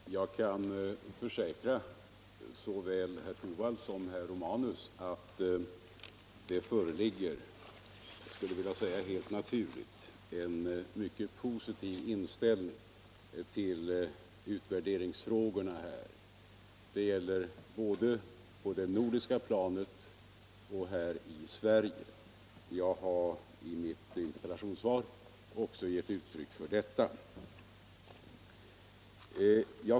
Herr talman! Jag kan försäkra såväl herr Torwald som herr Romanus att det — jag skulle vilja säga helt naturligt — föreligger en mycket positiv inställning till utvärderingsfrågorna, både på det nordiska planet och här i Sverige. Jag har i mitt interpellationssvar också givit uttryck åt detta.